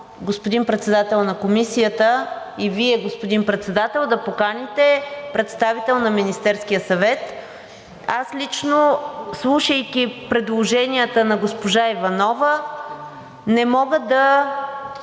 господин Председател на Комисията, и Вие, господин Председател, да поканите представител на Министерския съвет. Аз лично, слушайки предложенията на госпожа Иванова, не мога да